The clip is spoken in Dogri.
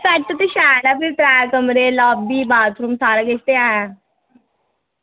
सैट ते शैल ऐ फिर त्रैऽ कमरे लॉबी बाथरूम ते सारा किश ऐ